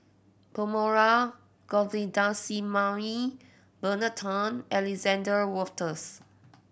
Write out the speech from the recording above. Perumal Govindaswamy Bernard Tan and Alexander Wolters